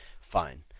fine